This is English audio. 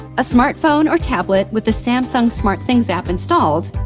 a smartphone or tablet with the samsung smartthings app installed.